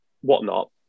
whatnot